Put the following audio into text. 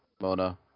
Mona